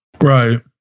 Right